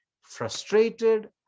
frustrated